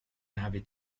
navi